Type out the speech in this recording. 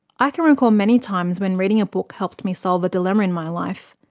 i can recall many times when reading a book helped me solve a dilemma in my life.